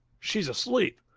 she's asleep.